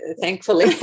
thankfully